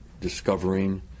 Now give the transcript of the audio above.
discovering